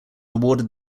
awarded